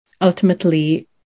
ultimately